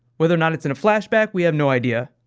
whether or not it's in a flashback, we have no idea.